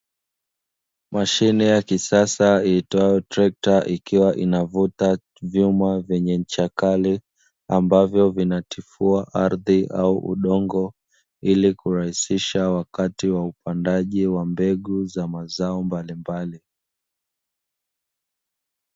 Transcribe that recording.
Mashine ya kisasa iitwayo trekta ikiwa inavuta vyuma vyenye ncha kali, ambavyo vinatifua ardhi au udongo ili kurahisisha wakati wa upandaji wa mbegu za mazao mbalimbali.